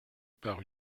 par